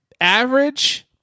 Average